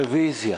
רוויזיה.